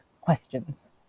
questions